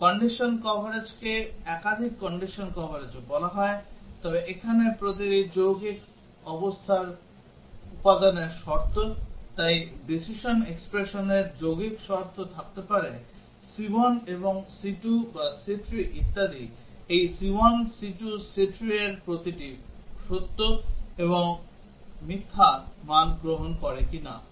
condition কভারেজকে একাধিক condition কভারেজও বলা হয় তবে এখানে প্রতিটি যৌগিক অবস্থার উপাদানের শর্ত তাই decision expressionর যৌগিক শর্ত থাকতে পারে c1 এবং c2 বা c3 ইত্যাদি এই c1 c2 c3 এর প্রতিটি সত্য এবং মিথ্যা মান গ্রহণ করে কিনা